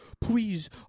please